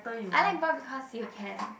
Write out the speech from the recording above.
I like brought because you can